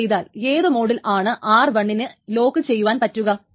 അങ്ങനെ ചെയ്താൽ ഏതു മോഡിൽ ആണ് r1നെ ലോക്കുചെയ്യുവാൻ പറ്റുക